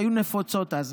שהיו נפוצות אז.